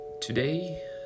today